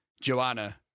Joanna